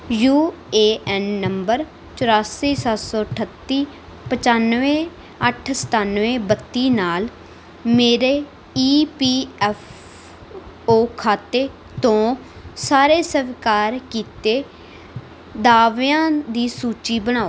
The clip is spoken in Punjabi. ਯੂ ਏ ਐਨ ਨੰਬਰ ਚੌਰਾਸੀ ਸੱਤ ਸੌ ਅਠੱਤੀ ਪਚਾਨਵੇਂ ਅੱਠ ਸਤਾਨਵੇਂ ਬੱਤੀ ਨਾਲ ਮੇਰੇ ਈ ਪੀ ਐਫ ਓ ਖਾਤੇ ਤੋਂ ਸਾਰੇ ਸਵੀਕਾਰ ਕੀਤੇ ਦਾਅਵਿਆਂ ਦੀ ਸੂਚੀ ਬਣਾਓ